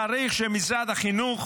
צריך שמשרד החינוך